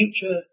future